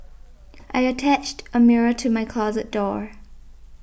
I attached a mirror to my closet door